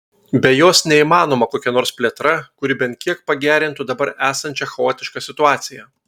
be jos neįmanoma kokia nors plėtra kuri bent kiek pagerintų dabar esančią chaotišką situaciją